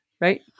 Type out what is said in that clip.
right